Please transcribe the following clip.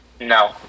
No